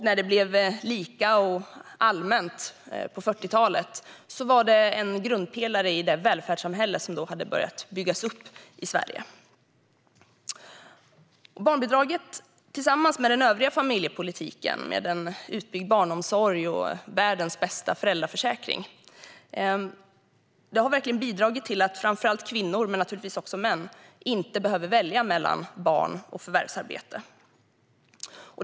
När det blev allmänt och lika för alla på 40-talet var det en grundpelare i det välfärdssamhälle som då hade börjat byggas upp i Sverige. Barnbidraget har tillsammans med den övriga familjepolitiken, med en utbyggd barnomsorg och världens bästa föräldraförsäkring, verkligen bidragit till att framför allt kvinnor men naturligtvis också män inte behöver välja mellan barn och förvärvsarbete.